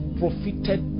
profited